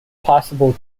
possible